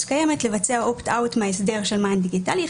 קיימת לבצע opt out מההסדר של מען דיגיטלי.